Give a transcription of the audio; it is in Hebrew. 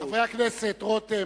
חבר הכנסת רותם.